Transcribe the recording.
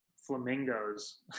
flamingos